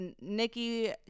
Nikki